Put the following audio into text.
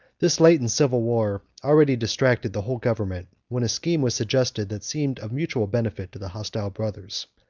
this latent civil war already distracted the whole government, when a scheme was suggested that seemed of mutual benefit to the hostile brothers.